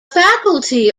faculty